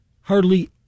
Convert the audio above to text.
Hardly